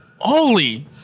Holy